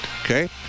okay